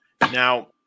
Now